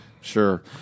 Sure